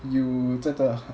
you 觉得